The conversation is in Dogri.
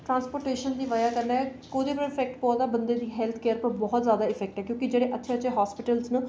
ट्रांसपोर्टेशन दी बजह कन्नै कोह्दे पर इफैक्ट पवा दा बंदे दी हैल्थ पर बहुत जादा इफैक्ट ऐ क्योंकि जेह्ड़े अच्छे अच्छे हॉस्पिटल न